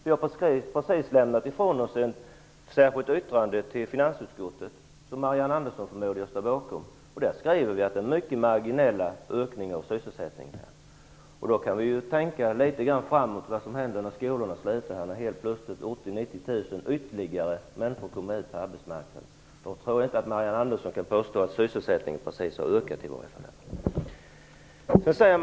Vi har just lämnat ifrån oss ett yttrande -- som Marianne Andersson förmodligen också står bakom -- till finansutskottet, där vi skriver att ökningen av sysselsättningen är mycket marginell. Då kan vi tänka litet framåt, på vad som händer när skolorna slutar och helt plötsligt 80 000--90 000 människor ytterligare kommer ut på arbetsmarknaden. Jag tror inte att Marianne Andersson kan påstå att sysselsättningen ökar.